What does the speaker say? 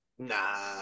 Nah